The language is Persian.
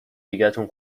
دیگتون